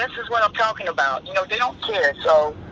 this is what i'm talking about. you know, they don't care. so,